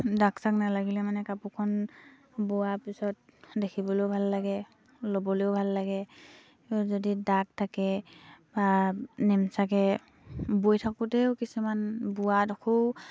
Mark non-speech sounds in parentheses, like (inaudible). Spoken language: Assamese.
দাগ চাক নালাগিলে মানে কাপোৰখন বোৱা পিছত দেখিবলৈও ভাল লাগে ল'বলেও ভাল লাগে যদি দাগ থাকে বা (unintelligible) বৈ থাকোঁতেও কিছুমান বোৱা ডখৰো